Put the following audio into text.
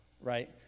right